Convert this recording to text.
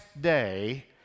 day